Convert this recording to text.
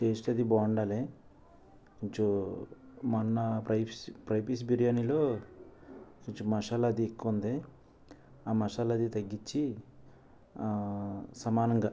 taste అది బాగుండాలి కొంచెం మొన్న ఫ్రై పీసు ఫ్రై పీస్ బిర్యానీలో కొంచెం మసాలా అది ఎక్ఆకువ ఉంది మసాలా అది తగ్గించి ఆ సమానంగా